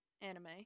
anime